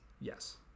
Yes